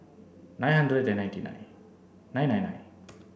nine hundred and ninety nine nine nine nine